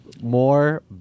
more